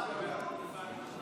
העדפה מתקנת למשרתים),